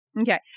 Okay